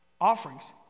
Offerings